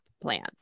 plans